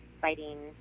fighting